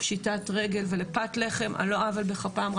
פשיטת רגל ולפת לחם על לא עוול בכפם,